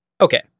Okay